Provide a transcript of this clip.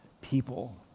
people